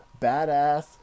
badass